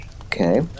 Okay